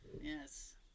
Yes